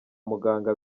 muganga